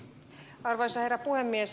arvoisa herra puhemies